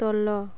ତଳ